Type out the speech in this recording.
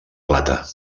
plata